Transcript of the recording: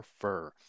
fur